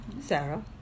Sarah